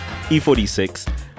E46